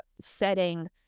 setting